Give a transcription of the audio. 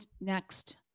next